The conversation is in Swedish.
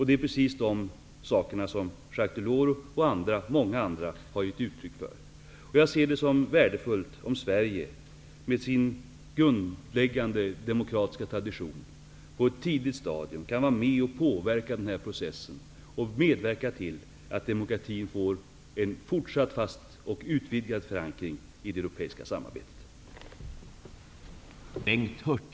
Det är precis dessa saker som Jacques Delors och många andra har gett uttryck för. Jag ser det som värdefullt om Sverige, med sin grundläggande demokratiska tradition, på ett tidigt stadium kan vara med och påverka denna process och medverka till att demokratin får en fortsatt fast och utvidgad förankring i det europeiska samarbetet.